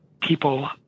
people